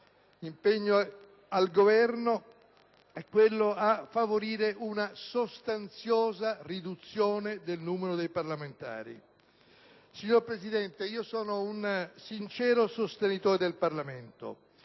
impegna il Governo è a favorire una sostanziosa riduzione del numero dei parlamentari. Signor Presidente, io sono un sincero sostenitore del Parlamento